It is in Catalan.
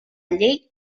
llei